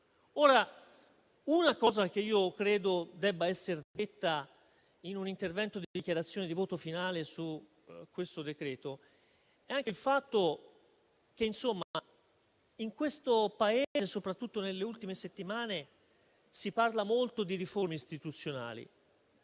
Una delle cose che io credo debba essere detta in un intervento in dichiarazione finale sul decreto in esame è anche il fatto che in questo Paese, soprattutto nelle ultime settimane, si parla molto di riforme istituzionali.